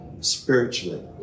spiritually